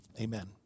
amen